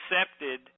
accepted